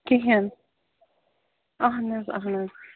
کِہیٖنۍ اَہن حظ اَہَن حظ